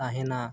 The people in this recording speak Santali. ᱛᱟᱦᱮᱱᱟ